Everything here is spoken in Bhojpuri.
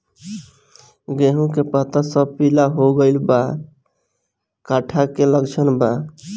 गेहूं के पता सब पीला हो गइल बा कट्ठा के लक्षण बा?